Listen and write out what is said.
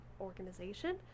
organization